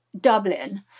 Dublin